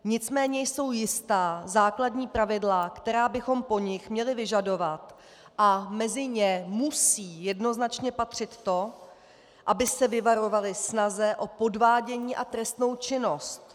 Nicméně jsou jistá základní pravidla, která bychom po nich měli vyžadovat, a mezi ně musí jednoznačně patřit to, aby se vyvarovali snahy o podvádění a trestnou činnost.